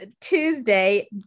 Tuesday